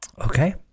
Okay